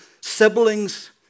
siblings